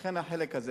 לכן, החלק הזה